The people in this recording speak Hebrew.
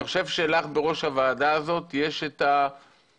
אני חושב שלך בראש הוועדה הזאת יש את עיקר